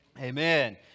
Amen